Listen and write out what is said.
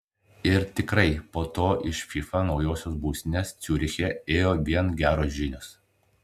ir tikrai po to iš fifa naujosios būstinės ciuriche ėjo vien geros žinios